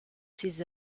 ses